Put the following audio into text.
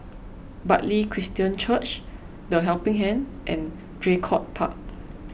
Bartley Christian Church the Helping Hand and Draycott Park